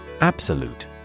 Absolute